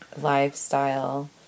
lifestyle